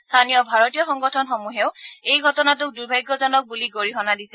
স্থানীয় ভাৰতীয় সংগঠনসমূহেও এই ঘটনাটোক দুৰ্ভাগ্যজনক বুলি গৰিহণা দিছে